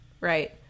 right